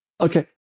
Okay